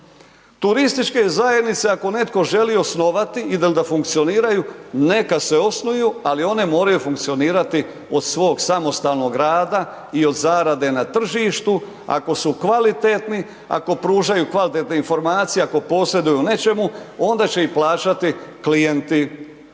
Turističke zajednice ako netko želi osnovati i da funkcioniraju, neka se osnuju, ali one moraju funkcionirati od svog samostalnog rada i od zarade na tržištu ako su kvalitetni, ako pružaju kvalitetne informacije, ako posreduju u nečemu, onda će ih plaćati klijenti.